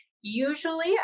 usually